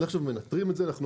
אנחנו מנטרים את זה עכשיו,